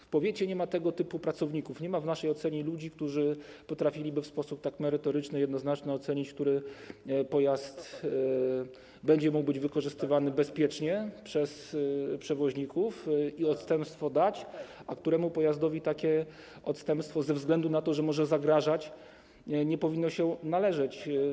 W powiecie nie ma tego typu pracowników, nie ma w naszej ocenie ludzi, którzy potrafiliby w sposób tak merytoryczny i jednoznaczny ocenić, który pojazd będzie mógł być wykorzystywany bezpiecznie przez przewoźników i w stosunku do którego można wydać odstępstwo, a któremu pojazdowi takie odstępstwo ze względu na to, że może zagrażać, nie powinno się należeć.